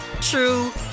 true